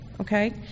okay